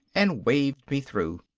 and waved me through.